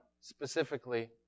specifically